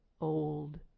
Old